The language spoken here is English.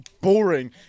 boring